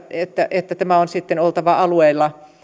että että tämän on sitten oltava alueilla